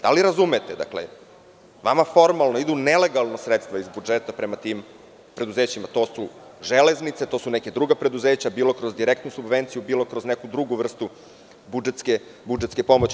Da li razumete, vama formalno idu nelegalno sredstva iz budžeta prema tim preduzećima, to su „Železnice“, to su neka druga preduzeća bilo kroz direktnu subvenciju, bilo kroz neku drugu vrstu budžetske pomoći.